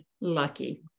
lucky